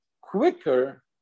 quicker